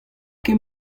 ket